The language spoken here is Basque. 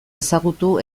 ezagutu